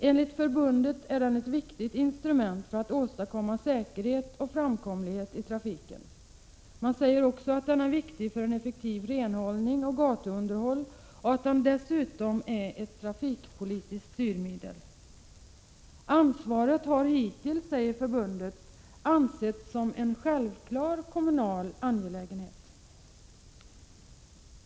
Enligt förbundet är den ett viktigt instrument för att åstadkomma säkerhet och framkomlighet i trafiken. Man säger också att den är viktig för effektivitet i renhållning och gatuunderhåll och att den dessutom är ett trafikpolitiskt styrmedel. Ansvaret har hittills, säger förbundet, ansetts som en självklar kommunal angelägenhet.